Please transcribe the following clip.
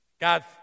God